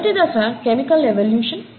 మొదటి దశ chemical evolution